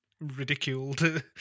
ridiculed